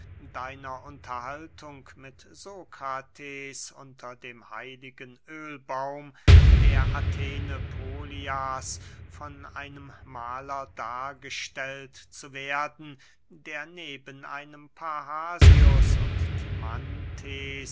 deiner unterhaltung mit sokrates unter dem heiligen öhlbaum der athene polias von einem mahler dargestellt zu werden der neben einem parrhasius und